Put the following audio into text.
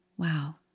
Wow